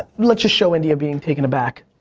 let's just show india being taken aback